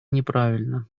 неправильно